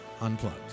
Unplugged